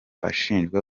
ashinjwa